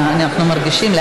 אנחנו מרגישים.